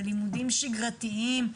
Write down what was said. ללימודים שגרתיים.